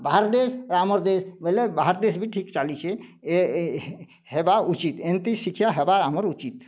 ବାହାର୍ ଦେଶ୍ ଆମର୍ ଦେଶ୍ ବୋଇଲେ ବାହାର ଦେଶ୍ ବି ଠିକ୍ ଚାଲିଛେ ହେବା ଉଚିତ୍ ଏମିତି ଶିକ୍ଷା ହେବା ଆମର୍ ଉଚିତ୍